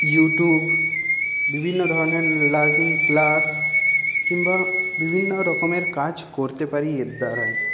YouTube বিভিন্ন ধরনের learning class কিংবা বিভিন্ন রকমের কাজ করতে পারি এর দ্বারাই